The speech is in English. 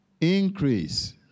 increase